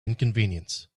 inconvenience